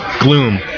gloom